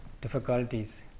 difficulties